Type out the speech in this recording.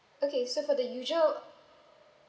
okay so the usual